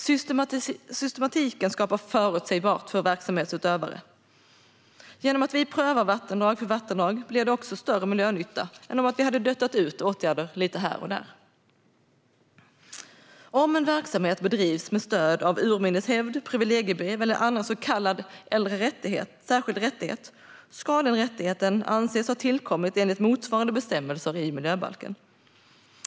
Systematiken skapar förutsägbarhet för verksamhetsutövare. Genom att vi prövar vattendrag för vattendrag blir det också större miljönytta än om vi hade duttat ut åtgärder lite här och där. Om en verksamhet bedrivs med stöd av urminnes hävd, privilegiebrev eller annan så kallad särskild rättighet ska denna rättighet anses ha tillkommit enligt motsvarande bestämmelser i miljöbalken.